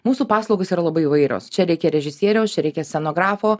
mūsų paslaugos yra labai įvairios čia reikia režisieriaus čia reikia scenografo